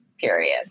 period